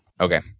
Okay